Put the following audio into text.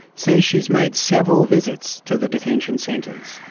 says she has made several visits to the detention centres.